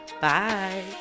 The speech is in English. bye